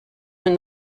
when